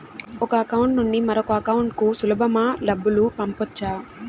ఒక అకౌంట్ నుండి మరొక అకౌంట్ కు సులభమా డబ్బులు పంపొచ్చా